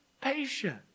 patience